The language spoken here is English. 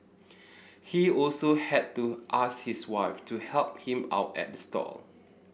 he also had to ask his wife to help him out at stall